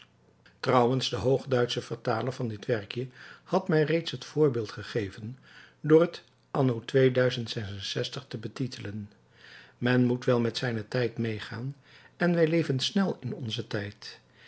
trouwens de hoogduitsche vertaler van dit werkje had mij reeds het voorbeeld gegeven door het anno te betitelen men moet wel met zijnen tijd medegaan en wij leven snel in onzen tijd